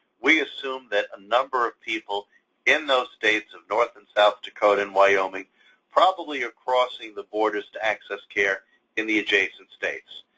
we assume that a number of people in those states of north and south dakota and wyoming probably are crossing the borders to access care in the adjacent states.